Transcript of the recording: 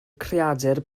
creadur